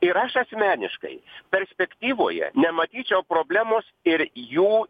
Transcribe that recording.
ir aš asmeniškai perspektyvoje nematyčiau problemos ir jų